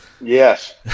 Yes